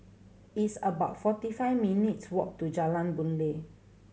it's about forty five minutes' walk to Jalan Boon Lay